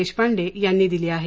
देशपांडे यांनी दिली आहे